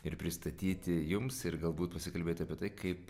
ir pristatyti jums ir galbūt pasikalbėti apie tai kaip